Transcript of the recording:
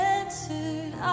answered